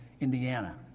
Indiana